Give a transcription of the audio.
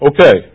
Okay